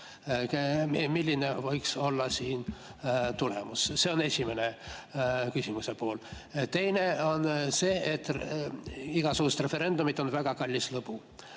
Milline võiks olla siin tulemus? See on esimene küsimuse pool. Teine on see, et igasugused referendumid on väga kallis lõbu.